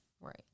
Right